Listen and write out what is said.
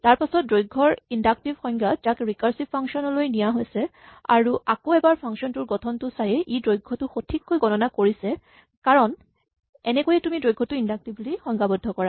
এইটো দৈৰ্ঘ্যৰ ইন্ডাক্টিভ সংজ্ঞা যাক ৰিকাৰছিভ ফাংচন লৈ নিয়া হৈছে আৰু আকৌ এবাৰ ফাংচন টোৰ গঠনটো চায়েই ই দৈৰ্ঘ্যটো সঠিককৈ গণনা কৰিছে কাৰণ এনেকৈয়ে তুমি দৈৰ্ঘ্যটো ইন্ডাক্টিভলী সংজ্ঞাবদ্ধ কৰা